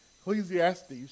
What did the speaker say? Ecclesiastes